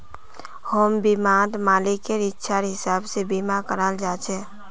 home बीमात मालिकेर इच्छार हिसाब से बीमा कराल जा छे